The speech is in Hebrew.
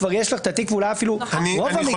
כבר יש לך את התיק ואולי אפילו רוב המקרים.